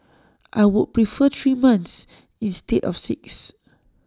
I would prefer three months instead of six